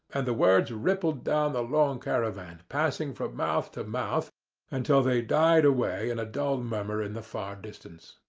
and the words rippled down the long caravan, passing from mouth to mouth until they died away in a dull murmur in the far distance.